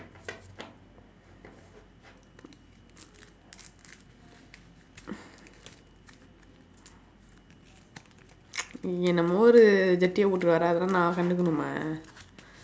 ஏதோ ஒரு ஜட்டிய போட்டுக்கிட்டு வர அதை எல்லாம் நான் கண்டுக்கனுமா:eethoo oru jatdiya pootdukkutdu vara athai ellaam naan kandukkunumaa